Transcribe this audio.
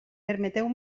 permeteu